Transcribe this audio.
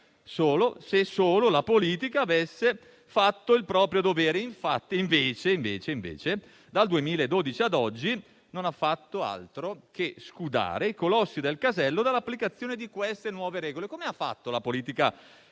se solo la politica avesse fatto il proprio dovere. Invece, dal 2012 ad oggi, non ha fatto altro che scudare i colossi del casello dall'applicazione delle nuove regole. Come ha fatto la politica